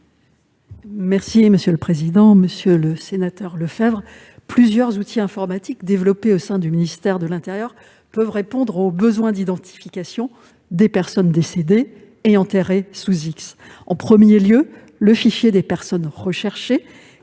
Mme la ministre déléguée. Monsieur le sénateur Lefèvre, plusieurs outils informatiques développés au sein du ministère de l'intérieur peuvent répondre aux besoins d'identification des personnes décédées et enterrées sous X. En premier lieu, le fichier des personnes recherchées